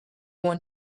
want